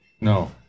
No